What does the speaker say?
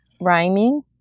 rhyming